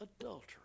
adultery